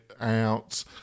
out